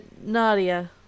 Nadia